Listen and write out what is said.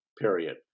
period